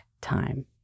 time